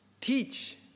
Teach